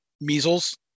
measles